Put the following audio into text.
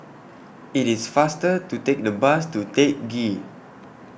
IT IS faster to Take The Bus to Teck Ghee